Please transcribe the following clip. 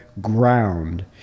ground